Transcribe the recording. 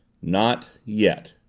not yet.